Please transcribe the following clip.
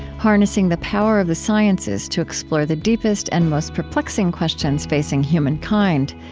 harnessing the power of the sciences to explore the deepest and most perplexing questions facing human kind.